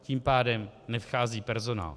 Tím pádem nevchází personál.